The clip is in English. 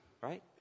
right